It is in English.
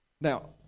Now